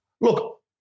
look